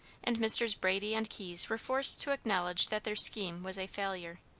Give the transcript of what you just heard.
and messrs. brady and keyes were forced to acknowledge that their scheme was a failure.